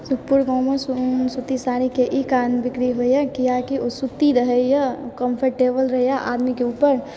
सुखपुर गाँवमऽ सूती साड़ीके ई कारण बिक्री होइए किए कि ऊ सूत्ती रहैए कॉम्फरटेबल रहैए आदमी के ऊपर